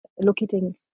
locating